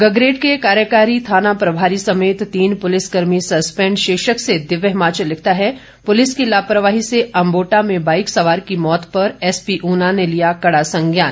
गगरेट के कार्यकारी थाना प्रभारी समेत तीन पुलिसकर्मी सस्पेंड शीर्षक से दिव्य हिमाचल लिखता है पुलिस की लापरवाही से अंबोटा में बाइक सवार की मौत पर एसपी ऊना ने लिया कड़ा संज्ञान